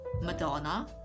madonna